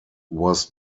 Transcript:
was